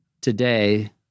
today